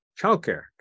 childcare